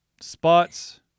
spots